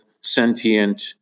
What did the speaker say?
sentient